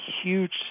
huge